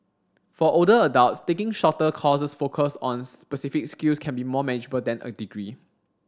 for older adults taking shorter courses focused on specific skills can be more manageable than a degree